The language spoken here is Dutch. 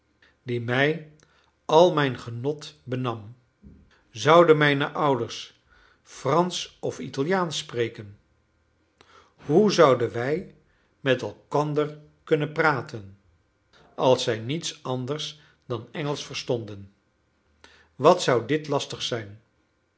die mij al mijn genot benam zouden mijne ouders fransch of italiaansch spreken hoe zouden wij met elkander kunnen praten als zij niets anders dan engelsch verstonden wat zou dit lastig zijn